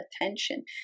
attention